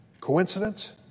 Coincidence